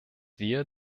wir